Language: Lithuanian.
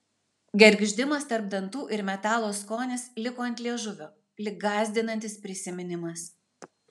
gergždimas tarp dantų ir metalo skonis liko ant liežuvio lyg gąsdinantis prisiminimas